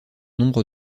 nombre